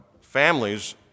families